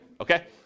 okay